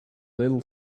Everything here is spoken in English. little